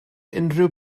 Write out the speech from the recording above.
unrhyw